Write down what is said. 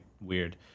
weird